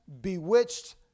bewitched